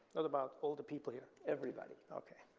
not about all the people here. everybody. okay.